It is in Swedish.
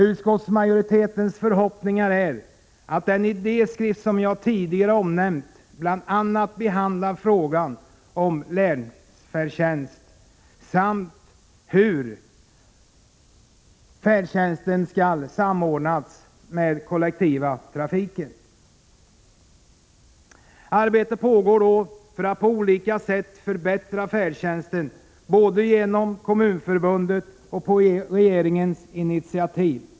Utskottsmajoritetens förhoppning är att den idéskrift som jag tidigare har omnämnt bl.a. behandlar frågan om länsfärdtjänst samt hur färdtjänsten skall samordnas med den kollektiva trafiken. Arbete pågår — både genom Kommunförbundet och på regeringens initiativ — för att på olika sätt förbättra färdtjänsten.